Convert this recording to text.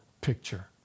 picture